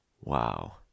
Wow